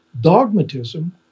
Dogmatism